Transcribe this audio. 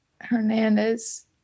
Hernandez